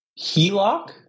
HELOC